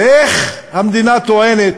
ואיך המדינה טוענת